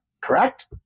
Correct